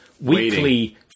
weekly